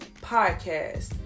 podcast